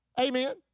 Amen